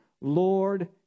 Lord